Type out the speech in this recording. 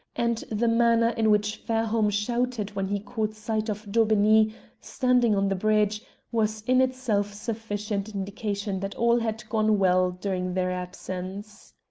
and the manner in which fairholme shouted when he caught sight of daubeney standing on the bridge was in itself sufficient indication that all had gone well during their absence.